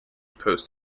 post